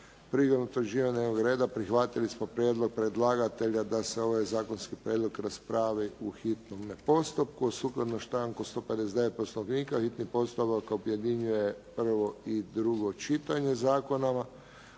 Prigodom utvrđivanja dnevnog reda prihvatili smo prijedlog predlagatelja da se ovaj zakonski prijedlog raspravi u hitnome postupku. Sukladno članku 159. Poslovnika, hitni postupak objedinjuje prvo i drugo čitanje zakona.